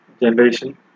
generation